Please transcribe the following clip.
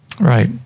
Right